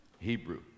Hebrew